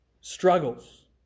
struggles